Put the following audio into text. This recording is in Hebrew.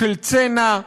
של צנע,